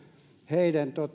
heidän